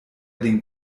den